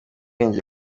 ubwenge